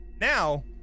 Now